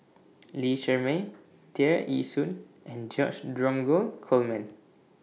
Lee Shermay Tear Ee Soon and George Dromgold Coleman